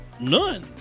none